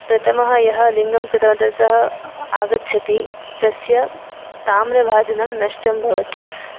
प्रथमः यः लिङ्गं कृतवन्त सः आगच्छति तस्य ताम्रभाजनं नष्टं भवति